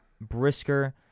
Brisker